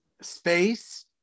space